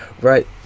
Right